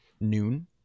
noon